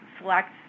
select